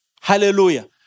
Hallelujah